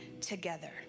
together